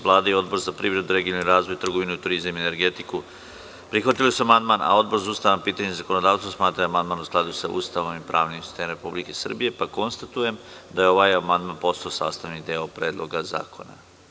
Vlada i Odbor za privredu, regionalni razvoj, trgovinu, turizam i energetiku prihvatili su amandman, a Odbor za ustavna pitanja i zakonodavstvo smatra da je amandman u skladu sa Ustavom i pravnim sistemom Republike Srbije, pa konstatujem da je ovaj amandman postao sastavni deo Predloga zakona.